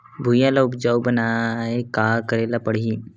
भुइयां ल उपजाऊ बनाये का करे ल पड़ही?